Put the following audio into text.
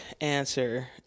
answer